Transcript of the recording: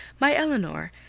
my elinor,